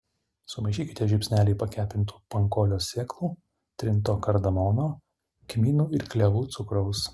sumaišykite žiupsnelį pakepintų pankolio sėklų trinto kardamono kmynų ir klevų cukraus